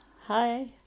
Hi